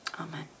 amen